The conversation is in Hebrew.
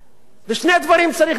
ושני דברים צריך לעשות,